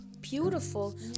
beautiful